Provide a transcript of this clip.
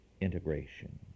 integration